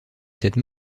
cette